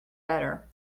better